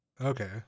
Okay